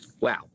wow